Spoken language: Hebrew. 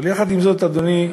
אבל יחד עם זאת, אדוני,